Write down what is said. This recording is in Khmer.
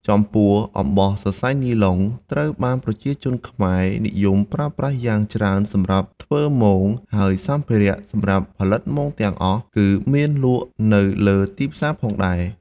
ចំពោះសរសៃអំបោះនីឡុង ត្រូវបានប្រជាជនខ្មែរនិយមប្រើប្រាស់យ៉ាងច្រើនសម្រាប់ធ្វើមង ហើយសម្ភារៈសម្រាប់ផលិតមងទាំងអស់ គឺមានលក់នៅលើទីផ្សារផងដែរ។